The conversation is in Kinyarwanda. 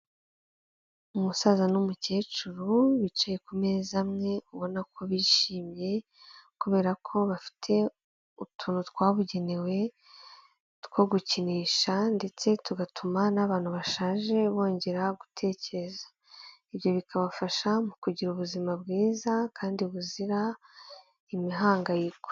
Umusaza n'umukecuru bicaye ku meza amwe ubona ko bishimye kubera ko bafite utuntu twabugenewe two gukinisha ndetse tugatuma n'abantu bashaje bongera gutekereza, ibyo bikabafasha mu kugira ubuzima bwiza kandi buzira imihangayiko.